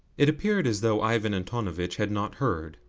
it appeared as though ivan antonovitch had not heard,